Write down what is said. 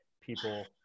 people